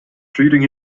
treating